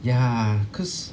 ya cause